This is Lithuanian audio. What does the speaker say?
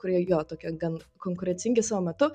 kurie jo tokie gan konkurencingi savo metu